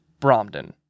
Bromden